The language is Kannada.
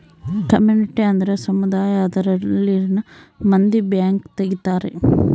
ಕಮ್ಯುನಿಟಿ ಅಂದ್ರ ಸಮುದಾಯ ಅದರಲ್ಲಿನ ಮಂದಿ ಬ್ಯಾಂಕ್ ತಗಿತಾರೆ